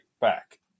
back